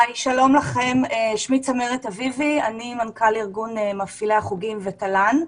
שלום לכם, אני מנכ"ל ארגון מפעילי החוגים ותל"ן.